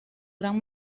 gran